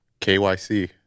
KYC